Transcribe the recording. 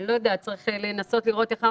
לא יכול להיות שייקחו לנו את הכוח הזה.